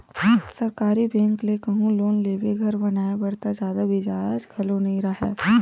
सरकारी बेंक ले कहूँ लोन लेबे घर बनाए बर त जादा बियाज घलो नइ राहय